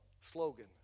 slogan